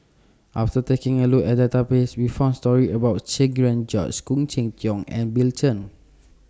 after taking A Look At The Database We found stories about Cherian George Khoo Cheng Tiong and Bill Chen